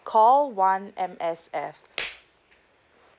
call one M_S_F